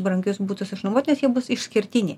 brangius butus išnuomot nes jie bus išskirtiniai